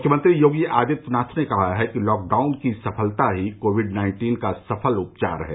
मुख्यमंत्री योगी आदित्यनाथ ने कहा है कि लॉकडाउन की सफलता ही कोविड नाइन्टीन का सफल उपचार है